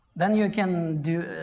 then you can